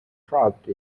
dropped